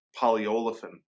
polyolefin